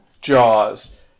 Jaws